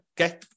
okay